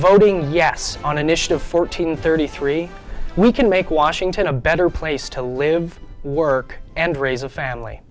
voting yes on initiative fourteen thirty three we can make washington a better place to live work and raise a family